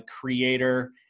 creator